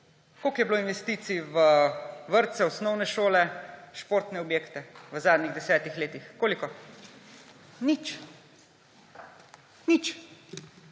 Koliko je bilo investicij v vrtce, v osnovne šole, športen objekte v zadnjih desetih letih? Koliko? Nič. Nič.